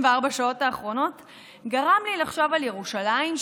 השעות האחרונות גרם לי לחשוב על ירושלים,